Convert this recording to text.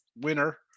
winner